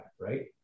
right